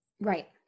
Right